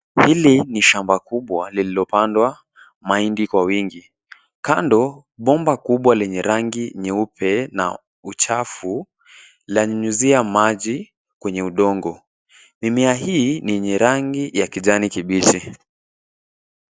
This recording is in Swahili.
Hili ni shamba kubwa lililopandwa mahindi kwa wingi. Kando bomba kubwa lenye rangi nyeupe na uchafu, lanyunyuzia maji kwenye udongo. Mimea hii ni yenye rangi ya kijani kibichi.